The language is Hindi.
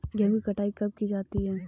गेहूँ की कटाई कब की जाती है?